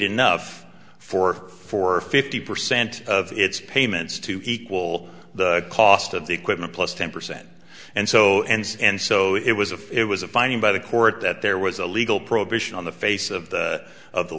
enough for for fifty percent of its payments to equal the cost of the equipment plus ten percent and so and so it was a it was a finding by the court that there was a legal prohibition on the face of the of the